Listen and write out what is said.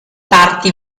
parti